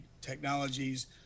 technologies